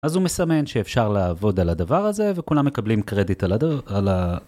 אז הוא מסמן שאפשר לעבוד על הדבר הזה וכולם מקבלים קרדיט על ה...